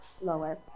lower